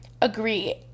agree